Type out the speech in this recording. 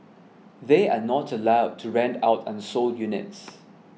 they are not allowed to rent out unsold units